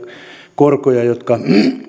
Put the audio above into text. korkoja jotka